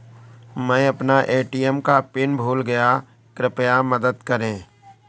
मै अपना ए.टी.एम का पिन भूल गया कृपया मदद करें